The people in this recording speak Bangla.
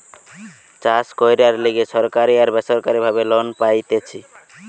চাষ কইরার লিগে সরকারি আর বেসরকারি ভাবে লোন পাইতেছি